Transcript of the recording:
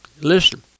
listen